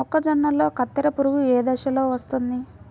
మొక్కజొన్నలో కత్తెర పురుగు ఏ దశలో వస్తుంది?